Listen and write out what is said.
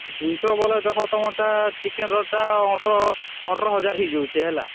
ଦୁଇଶହ ବୋଲେ ଦେଖ ତମରଟା ଚିକେନ୍ରଟା ଅଠର ଅଠରହଜାର ହେଇଯାଉଛି ହେଲା